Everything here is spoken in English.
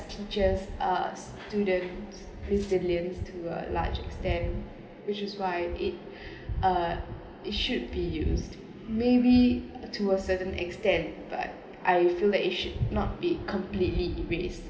teaches us to the resilience to a large extent which is why it uh it should be used maybe to a certain extent but I feel that it should not be completely erase